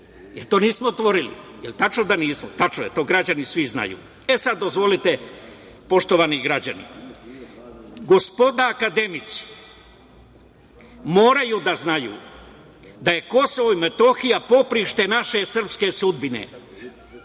jer to nismo otvorili. Jel tačno da nismo? Tačno je. To građani svi znaju.E, sada, dozvolite, poštovani građani, gospoda akademici moraju da znaju da je Kosovo i Metohija poprište naše srpske sudbine.